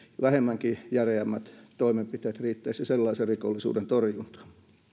vähemmänkin järeät toimenpiteet riittäisivät sellaisen rikollisuuden torjuntaan